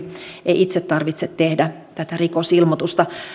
ei itse tarvitse tehdä tätä rikosilmoitusta